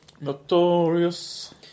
Notorious